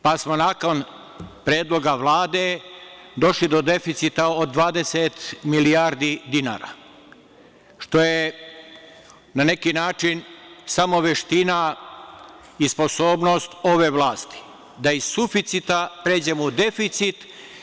Pa smo nakon predloga Vlade došli do deficita od 20 milijardi dinara, što je na neki način samo veština i sposobnost ove vlasti da iz suficita pređemo u deficit.